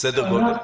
סדר גודל.